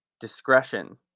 Discretion